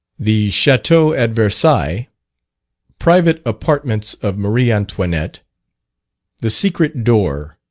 the chateau at versailles private apartments of marie antoinette the secret door